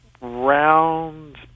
round